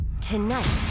Tonight